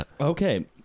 Okay